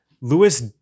Lewis